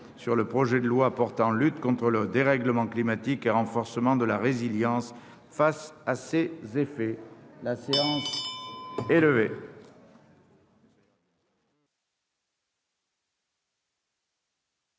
sur le projet de loi portant lutte contre le dérèglement climatique et renforcement de la résilience face à ses effets se tiendront mardi